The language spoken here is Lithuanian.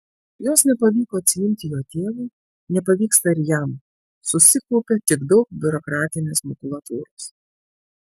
jos nepavyko atsiimti jo tėvui nepavyksta ir jam susikaupia tik daug biurokratinės makulatūros